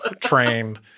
trained